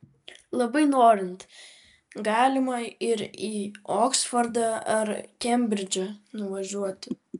labai norint galima ir į oksfordą ar kembridžą nuvažiuoti